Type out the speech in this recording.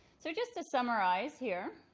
so just to summarize here,